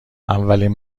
اولین